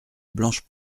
blanche